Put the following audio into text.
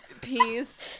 peace